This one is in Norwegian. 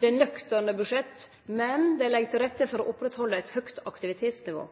det er nøkterne budsjett, men dei legg til rette for å oppretthalde eit høgt aktivitetsnivå,